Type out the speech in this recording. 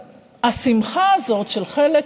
השמחה הזאת של חלק